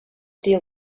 deal